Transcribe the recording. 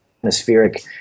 atmospheric